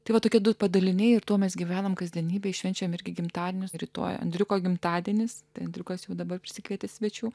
tai vat tokie du padaliniai tuo mes gyvename kasdienybėje švenčiame irgi gimtadienius rytoj andriuko gimtadienis intrigos jau dabar prisikvietė svečių